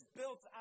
built